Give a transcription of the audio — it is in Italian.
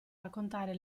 raccontare